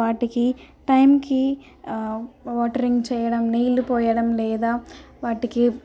వాటికి టైంకి వాటరింగ్ చేయడం నీళ్ళు పోయడం లేదా వాటికి